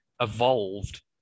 evolved